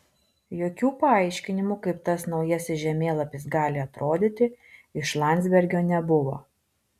jokių paaiškinimų kaip tas naujasis žemėlapis gali atrodyti iš landsbergio nebuvo